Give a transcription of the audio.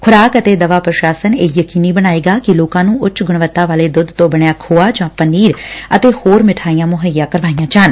ਖੁਰਾਕ ਅਤੇ ਦਵਾ ਪ੍ਰਸ਼ਾਸਨ ਇਹ ਯਕੀਨੀ ਬਣਾਏਗਾ ਕਿ ਲੋਕਾ ਨੂੰ ਉੱਚ ਗੁੱਣਵਤਾ ਵਾਲੇ ਦੁੱਧ ਤੋਂ ਬਣਿਆ ਖੋਆ ਜਾਂ ਪਨੀਰ ਅਤੇ ਹੋਰ ਮਿਠਾਈਆਂ ਮਹੱਈਆ ਕਰਾਈਆਂ ਜਾਣ